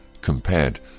compared